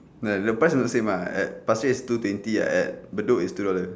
but the price not same ah at pasir ris two twenty at bedok is two dollar